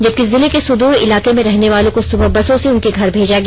जबकि जिले के सुदूर इलाके में रहने वालों को सुबह बसों से उनके घर भेजा गया